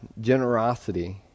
generosity